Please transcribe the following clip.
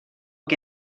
que